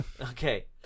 Okay